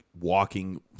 walking